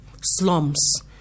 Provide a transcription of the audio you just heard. slums